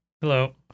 Hello